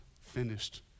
finished